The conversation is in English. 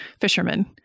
fishermen